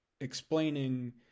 explaining